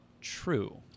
true